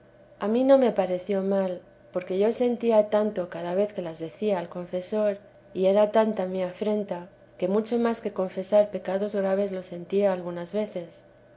a mí no me pareció mal porque yo sentía tanto cada vez que las decía al confesor y era tanta mi afrenta que mucho más que confesar pecados graves lo sentía algunas veces